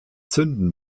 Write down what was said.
zünden